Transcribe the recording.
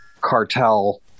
cartel